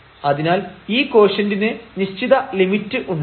അതിനാൽ ഈ കോഷ്യന്റിന് നിശ്ചിത ലിമിറ്റ് ഉണ്ടാവും